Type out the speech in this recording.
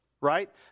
right